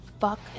fuck